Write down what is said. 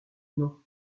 nom